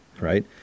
right